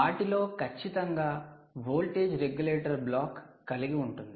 వాటిలో ఖచ్చితంగా voltage regulator block కలిగి ఉంటుంది